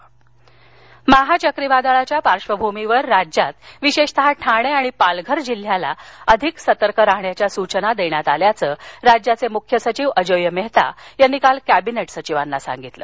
मुख्यसचिव माहा चक्रीवादळाच्या पाश्र्वभूमीवर राज्यात विशेषत ठाणे आणि पालघर जिल्ह्याला अधिक सतर्क राहण्याच्या सूचना देण्यात आल्याचं राज्याचे मुख्य सचिव अजोय महेता यांनी काल केंबिनेट सचिवांना सांगितलं